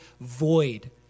void